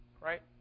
Right